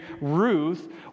Ruth